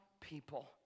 people